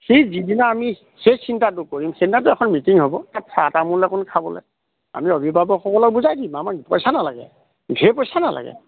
সেই যিদিনা আমি সেই চিন্তাটো কৰিম সেইদিটো এখন মিটিং হ'ব তাত চাহ তামোল খাবলৈ আমি অভিভাৱকসকলক বুজাই দিম আমাক পইচা নালাগে ধেৰ পইচা নালাগে